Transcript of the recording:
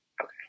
Okay